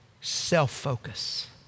self-focus